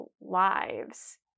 lives